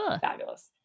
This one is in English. fabulous